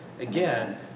again